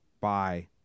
Bye